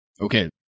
Okay